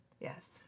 Yes